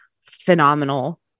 phenomenal